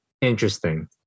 interesting